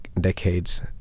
decades